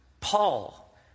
Paul